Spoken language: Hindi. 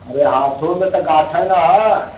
अरे हाथों में तो गाठे ना है